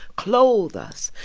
clothe us,